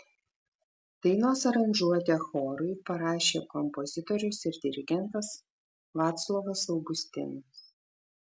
dainos aranžuotę chorui parašė kompozitorius ir dirigentas vaclovas augustinas